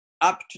up